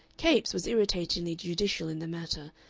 capes was irritatingly judicial in the matter,